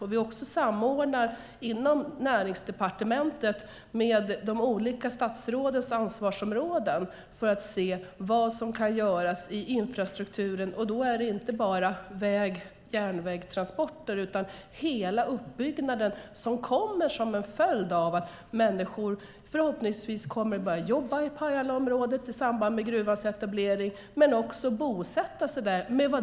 Inom Näringsdepartementet samordnar vi de olika statsrådens ansvarsområden för att se vad som kan göras i infrastrukturen. Då gäller det inte enbart väg och järnvägstransporter utan hela den uppbyggnad som följer av gruvans etablering och av att människor kommer att jobba i Pajalaområdet och förhoppningsvis också kommer att bosätta sig där.